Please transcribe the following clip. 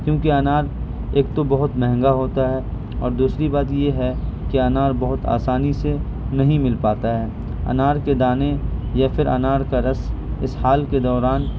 کیوںکہ انار ایک تو بہت مہنگا ہوتا ہے اور دوسری بات یہ ہے کہ انار بہت آسانی سے نہیں مل پاتا ہے انار کے دانے یا پھر انار کا رس اسہال کے دوران